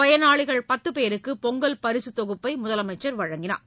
பயனாளிகள் பத்து பேருக்கு பொங்கல் பரிசு தொகுப்பை முதலமைச்சர் வழங்கினார்